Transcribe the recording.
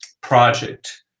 project